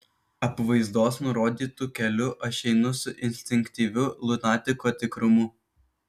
apvaizdos nurodytu keliu aš einu su instinktyviu lunatiko tikrumu